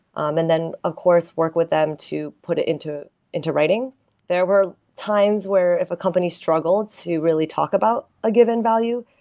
um and then of course work with them to put it into into writing there were times where if a company struggled to really talk about a given value,